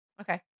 Okay